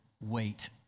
wait